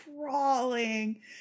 crawling